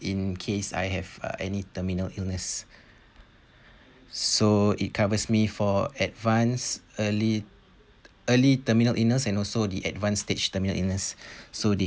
incase I have uh any terminal illness so it covers me for advance early early terminal illness and also the advanced stage terminal illness so they